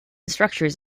structures